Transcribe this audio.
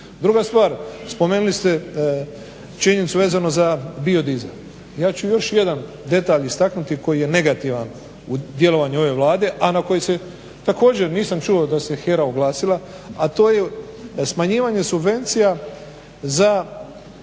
Druga stvar, spomenuli ste činjenicu vezanu za bio dizel. Ja ću još jedan detalj istaknuti koji je negativa u djelovanju ove Vlade a na koji se također nisam čuo da se HERA oglasila a to je smanjivanje subvencija za